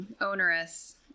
onerous